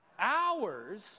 Hours